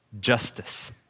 Justice